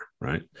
right